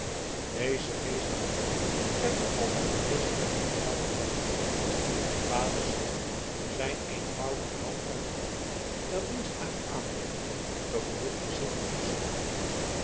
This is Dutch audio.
deze geestige zet werd door al de aanwezigen met een luid gelach ontvangen vader syard zijn eenvoudig maal uit de handen der dienstmaagd aannemende vergenoegde zich met te zeggen